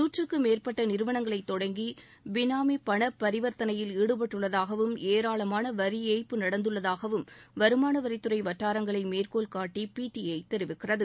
நூற்றுக்கு மேற்பட்ட நிறுவனங்களை தொடங்கி பினாமி பணப் பரிவர்த்தனையில் ஈடுபட்டுள்ளதாகவும் ஏராளமான வரி ஏய்ப்பு நடந்துள்ளதாகவும் வருமான வரித் துறை வட்டாரங்களை மேற்கோள் காட்டி பிடிஐ தெரிவிக்கிறது